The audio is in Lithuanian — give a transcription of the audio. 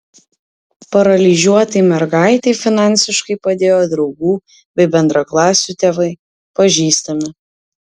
paralyžiuotai mergaitei finansiškai padėjo draugų bei bendraklasių tėvai pažįstami